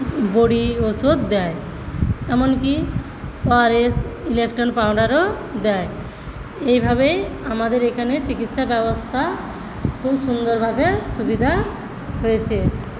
বড়ি ওষুধ দেয় এমনকি ওআরএস ইলেকট্রল পাউডারও দেয় এভাবেই আমাদের এখানে চিকিৎসার ব্যবস্থা খুব সুন্দরভাবে সুবিধা হয়েছে